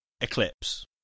Eclipse